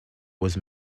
was